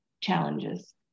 challenges